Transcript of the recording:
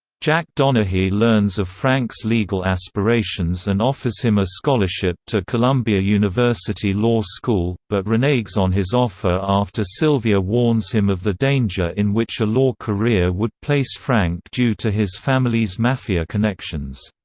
jack donaghy learns of frank's legal aspirations and offers him a scholarship to columbia university law school, but reneges on his offer after sylvia warns him of the danger in which a law career would place frank due to his family's mafia connections.